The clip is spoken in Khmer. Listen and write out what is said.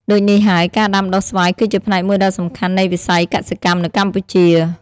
ដូចនេះហើយ ការដាំដុះស្វាយគឺជាផ្នែកមួយដ៏សំខាន់នៃវិស័យកសិកម្មនៅកម្ពុជា។